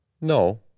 No